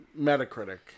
metacritic